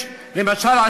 למשל,